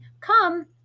come